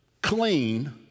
clean